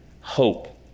hope